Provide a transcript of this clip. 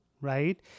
right